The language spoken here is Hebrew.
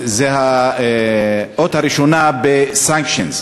היא האות הראשונה של Sanctions.